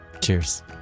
Cheers